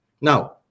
Now